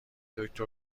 دکتر